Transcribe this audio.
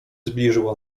zbliżyła